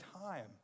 time